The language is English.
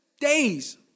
days